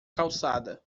calçada